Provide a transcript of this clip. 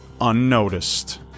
unnoticed